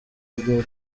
igihe